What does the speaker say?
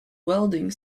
welding